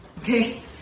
Okay